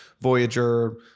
Voyager